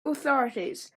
authorities